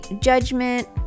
judgment